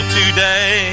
today